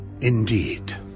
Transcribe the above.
Indeed